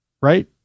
Right